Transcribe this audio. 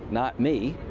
not me.